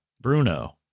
Bruno